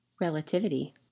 relativity